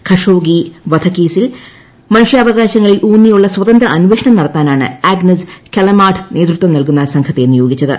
Khashoggi വധക്കേസിൽ മനുഷ്യാവകാശങ്ങളിൽ ഊന്നിയുള്ള സ്വതന്ത്ര അന്വേഷണം നടത്താനാണ് ആഗ്നസ് കലാമാർഡ് നേതൃത്വം നൽകുന്ന സംഘത്തെ നിയോഗിച്ചത്